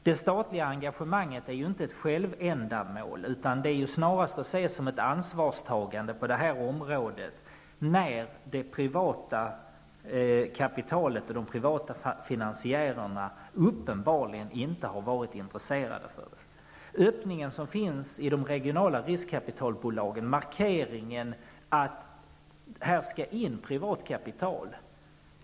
Det statliga engagemanget är inte ett självändamål, utan det skall snarare ses som ett ansvarstagande på det här området när de privata finansiärerna uppenbarligen inte har varit intresserade. Jag tycker att man skall ta fasta på öppningen som finns i de regionala riskkapitalbolagen och markeringen att det här skall in privatkapital.